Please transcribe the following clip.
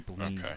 Okay